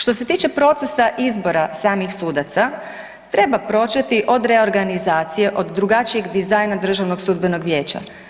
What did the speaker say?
Što se tiče procesa izbora samih sudaca treba početi od reorganizacije, od drugačijeg dizajna Državnog sudbenog vijeća.